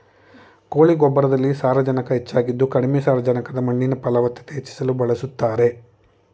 ಕೋಳಿ ಗೊಬ್ಬರದಲ್ಲಿ ಸಾರಜನಕ ಹೆಚ್ಚಾಗಿದ್ದು ಕಡಿಮೆ ಸಾರಜನಕದ ಮಣ್ಣಿನ ಫಲವತ್ತತೆ ಹೆಚ್ಚಿಸಲು ಬಳಸ್ತಾರೆ